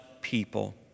people